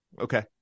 Okay